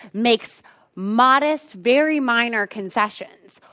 makes modest, very minor concessions,